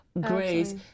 grace